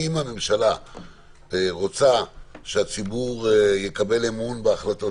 אם הממשלה רוצה שהציבור יקבל אמון בהחלטות